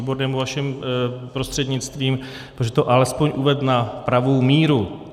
Výbornému vaším prostřednictvím, že to alespoň uvedl na pravou míru.